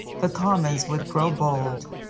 the commons would grow bold.